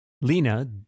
Lena